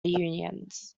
unions